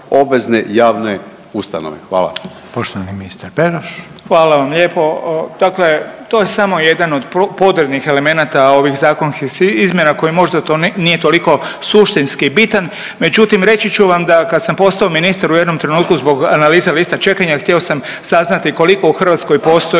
Poštovani ministar Beroš. **Beroš, Vili (HDZ)** Hvala vam lijepo. Dakle, to je samo jedan od podrednih elemenata ovih zakonskih izmjena koje možda to nije toliko suštinski bitan. Međutim, reći ću vam da kad sam postao ministar u jednom trenutku zbog analiza lista čekanja htio sam saznati koliko u Hrvatskoj postoji